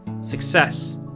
Success